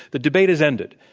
the debate has ended.